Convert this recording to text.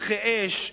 שטחי אש,